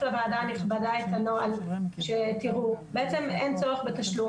לוועדה הנכבדה את הנוהל כדי שתראו שבעצם אין צורך בתשלום.